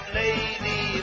lady